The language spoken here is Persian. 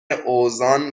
اوزان